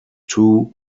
two